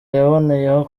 yaboneyeho